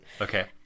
Okay